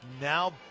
Now